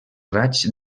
raig